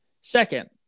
Second